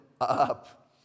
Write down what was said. up